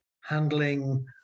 handling